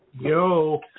Yo